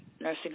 nursing